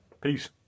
Peace